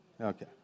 Okay